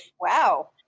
Wow